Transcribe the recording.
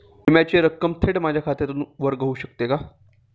विम्याची रक्कम थेट माझ्या खात्यातून वर्ग होऊ शकते का?